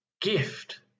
gift